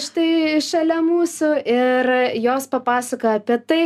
štai šalia mūsų ir jos papasakojo apie tai